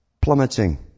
plummeting